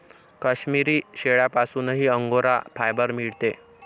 काश्मिरी शेळ्यांपासूनही angora fibre मिळते